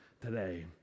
today